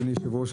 אדוני היושב-ראש.